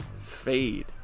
fade